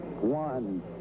one